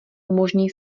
umožní